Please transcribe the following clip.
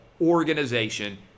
organization